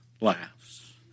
laughs